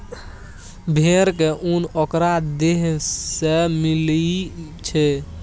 भेड़ के उन ओकरा देह से मिलई छई